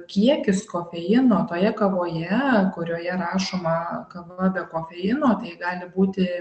kiekis kofeino toje kavoje kurioje rašoma kava be kofeino tai gali būti